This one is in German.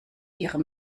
ihrem